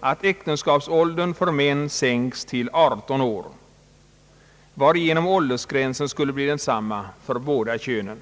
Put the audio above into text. att äktenskapsåldern för män sänkes till 18 år, varigenom åldersgränsen skulle bli densamma för båda könen.